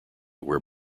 where